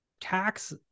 tax